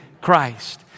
Christ